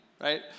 right